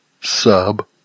sub